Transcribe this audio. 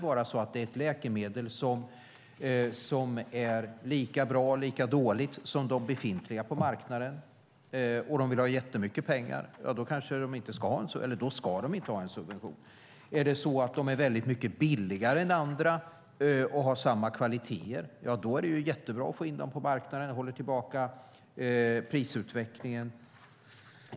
Är det ett läkemedel som är lika bra eller lika dåligt som de befintliga på marknaden och de vill ha jättemycket pengar ska de inte ha en subvention. Är de mycket billigare än andra och har samma kvaliteter är det mycket bra att få in dem på marknaden. Det håller tillbaka prisutvecklingen.